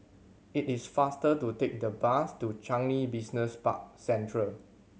it is faster to take the bus to Changi Business Park Central